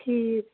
ٹھیٖک